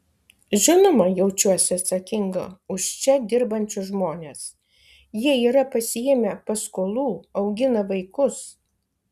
žinoma jaučiuosi atsakinga už čia dirbančius žmones jie yra pasiėmę paskolų augina vaikus